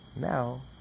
now